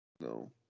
No